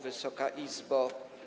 Wysoka Izbo!